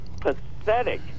pathetic